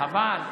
חבל.